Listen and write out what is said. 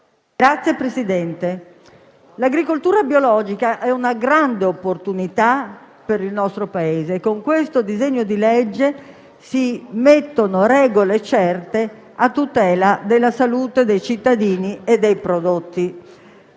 Signor Presidente, l'agricoltura biologica è una grande opportunità per il nostro Paese e, con il disegno di legge in esame si stabiliscono regole certe, a tutela della salute dei cittadini e dei prodotti.